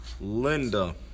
Linda